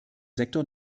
sektor